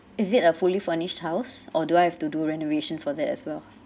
is it a fully furnished house or do I have to do renovation for that as well